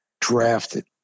drafted